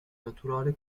naturale